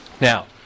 Now